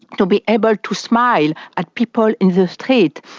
to be able to smile at people in the street,